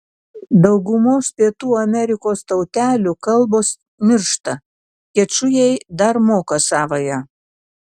daugumos pietų amerikos tautelių kalbos miršta kečujai dar moka savąją